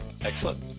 Excellent